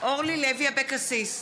אורלי לוי אבקסיס,